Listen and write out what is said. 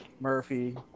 Murphy